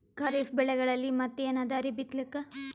ಖರೀಫ್ ಬೆಳೆಗಳಲ್ಲಿ ಮತ್ ಏನ್ ಅದರೀ ಬಿತ್ತಲಿಕ್?